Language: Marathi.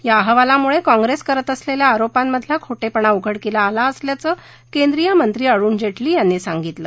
या अहवालामुळे काँप्रेस करत असलेल्या आरोपांमधला खोटेपणा उघडकीला आला असल्याचं केंद्रीय मंत्री अरूण जेटली यांनी सांगितलं